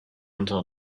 until